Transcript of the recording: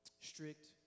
Strict